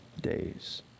days